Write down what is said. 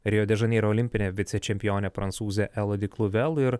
rio de žaneiro olimpinę vicečempionę prancūzę elodi kluvel ir